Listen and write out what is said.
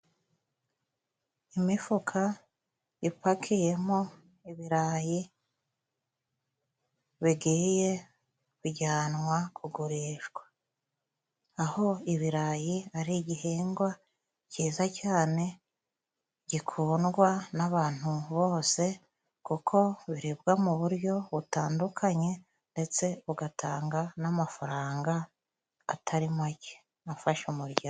Imifuka ipakiyemo ibirayi bigiye kujyanwa kugurishwa, aho ibirayi ari igihingwa cyiza cyane gikundwa n'abantu bose kuko biribwa mu buryo butandukanye ndetse ugatanga n'amafaranga atari make afasha umuryango.